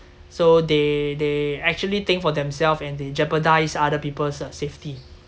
so they they actually think for themself and they jeopardise other people's uh safety